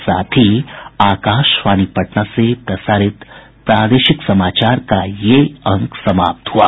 इसके साथ ही आकाशवाणी पटना से प्रसारित प्रादेशिक समाचार का ये अंक समाप्त हुआ